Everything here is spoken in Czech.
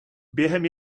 během